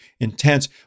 intense